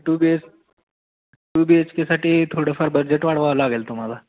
to B H two B H केसाठी थोडंफार budget वाढवावं लागेल तुम्हाला